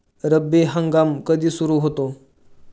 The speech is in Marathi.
रब्बी हंगाम कधी सुरू होतो?